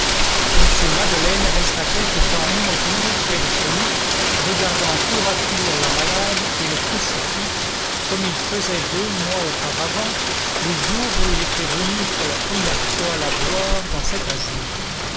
m madeleine resta quelque temps immobile près de ce lit regardant tour à tour la malade et le crucifix comme il faisait deux mois auparavant le jour où il était venu pour la première fois la voir dans cet asile